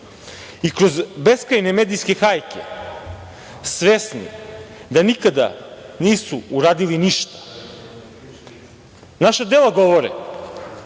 kroz beskrajne medijske hajke, svesni da nikada nisu uradili ništa. Naša dela govore